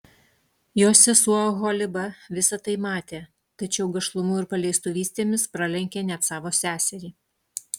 jos sesuo oholiba visa tai matė tačiau gašlumu ir paleistuvystėmis pralenkė net savo seserį